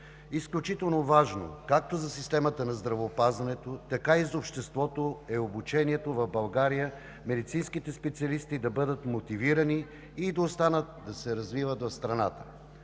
Изключително важно както за системата на здравеопазването, така и за обществото е обучението в България, медицинските специалисти да бъдат мотивирани и да останат да се развиват в страната.